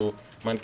שאמר